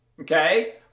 okay